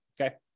okay